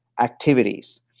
activities